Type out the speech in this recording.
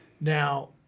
Now